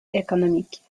économiques